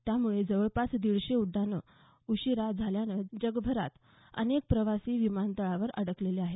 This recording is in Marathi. त्यामुळे जवळपास दीडशे उड्डाणांना उशीर झाल्यानं जगभरात अनेक प्रवासी विमानतळांवर अडकलेले आहेत